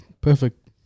Perfect